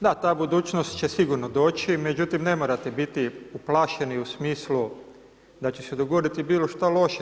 Da, ta budućnost će sigurno doći, međutim, ne morate biti uplašeni u smislu da će se dogoditi bilo šta loše.